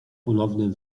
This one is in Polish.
ponownym